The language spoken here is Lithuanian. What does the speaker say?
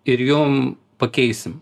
ir jum pakeisim